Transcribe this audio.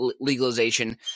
legalization